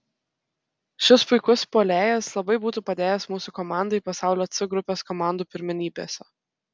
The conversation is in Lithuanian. šis puikus puolėjas labai būtų padėjęs mūsų komandai pasaulio c grupės komandų pirmenybėse